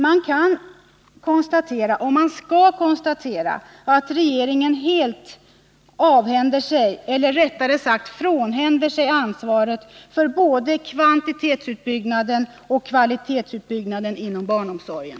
Man måste konstatera att regeringen helt frånhänder sig ansvaret för både kvantitetsoch kvalitetsutbyggnaden inom barnomsorgen.